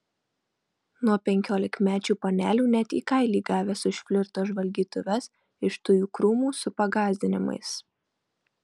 nuo penkiolikmečių panelių net į kailį gavęs už flirto žvalgytuves iš tujų krūmų su pagąsdinimais